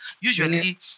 usually